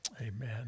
Amen